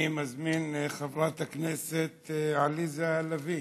אני מזמין את חברת הכנסת עליזה לביא,